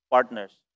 Partners